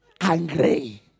Angry